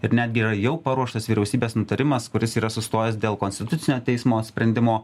ir netgi jau paruoštas vyriausybės nutarimas kuris yra sustojęs dėl konstitucinio teismo sprendimo